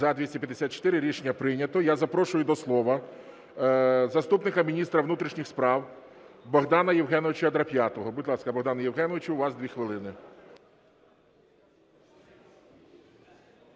За-254 Рішення прийнято. Я запрошую до слова заступника міністра внутрішніх справ Богдана Євгеновича Драп'ятого. Будь ласка, Богдане Євгеновичу, у вас 2 хвилини.